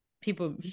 people